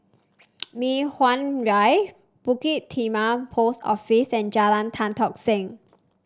Mei Hwan Drive Bukit Timah Post Office and Jalan Tan Tock Seng